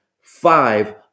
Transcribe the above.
five